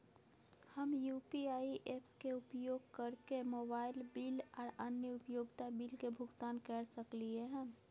हम UPI apps के उपयोग कैरके मोबाइल बिल आर अन्य उपयोगिता बिल के भुगतान कैर सकलिये हन